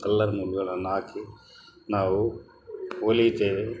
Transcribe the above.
colour ನೂಲುಗಳನ್ನು ಹಾಕಿ ನಾವು ಹೊಲಿತೇವೆ